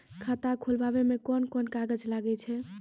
खाता खोलावै मे कोन कोन कागज लागै छै?